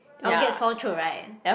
I'll get sore throat right